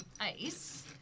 ice